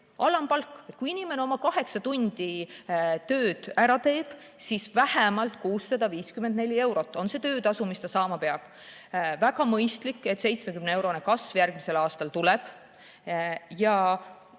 alampalgas, kui inimene kaheksa tundi tööd ära teeb, siis vähemalt 654 eurot on see töötasu, mis ta saama peab. Väga mõistlik, et 70‑eurone kasv järgmisel aastal tuleb.